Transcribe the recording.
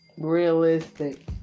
realistic